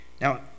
Now